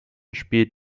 spielt